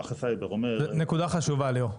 נקודה חשובה, ליאור.